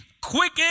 quick